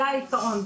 זה העיקרון.